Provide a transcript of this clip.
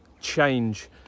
change